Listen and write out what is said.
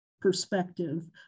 perspective